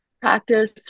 practice